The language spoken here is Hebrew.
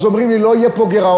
אז אומרים לי: לא יהיה פה גירעון.